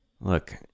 Look